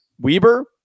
Weber